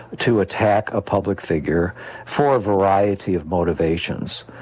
to attack a public figure for a variety of motivations.